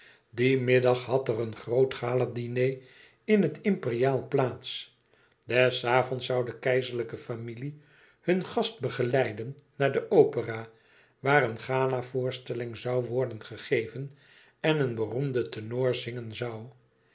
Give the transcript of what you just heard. dien middag had er een groot galadiner in het imperiaal plaats des avonds zoû de keizerlijke familie hun gast begeleiden naar de opera waar een galavoorstelling zoû worden gegeven en een beroemde tenor